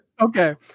Okay